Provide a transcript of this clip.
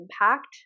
impact